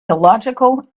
illogical